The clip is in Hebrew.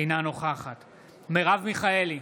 אינה נוכחת מרב מיכאלי,